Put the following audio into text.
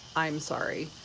i'm sorry.